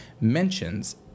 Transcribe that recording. mentions